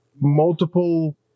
multiple